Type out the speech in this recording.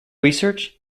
research